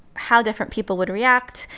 how different people would react.